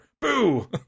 Boo